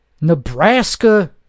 Nebraska